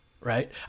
right